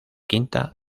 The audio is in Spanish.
quinta